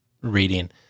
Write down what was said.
reading